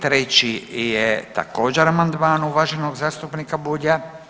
Treći je također amandman uvaženog zastupnika Bulja.